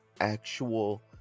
actual